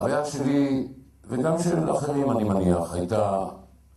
היה שלי, וגם של אחרים אני מניח, הייתה...